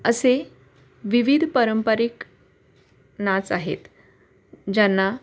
असे विविध पारंपरिक नाच आहेत ज्यांना